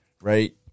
Right